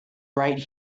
right